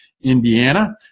Indiana